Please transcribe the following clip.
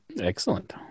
Excellent